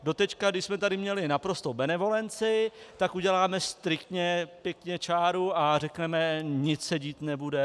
Doteď když jsme tady měli naprostou benevolenci, tak uděláme striktně pěkně čáru a řekneme: Nic se dít nebude.